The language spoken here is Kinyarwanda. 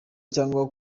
cyangwa